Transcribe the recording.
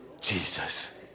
Jesus